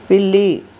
పిల్లి